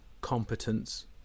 competence